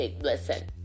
Listen